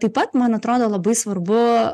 taip pat man atrodo labai svarbu